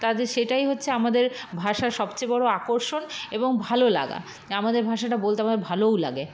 তার যে সেটাই হচ্ছে আমাদের ভাষার সবচেয়ে বড় আকর্ষণ এবং ভালো লাগা এ আমাদের ভাষাটা বলতে আমাকে ভালোও লাগে